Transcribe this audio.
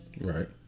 Right